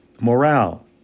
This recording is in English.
morale